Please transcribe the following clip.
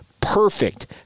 perfect